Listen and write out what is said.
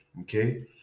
okay